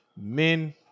men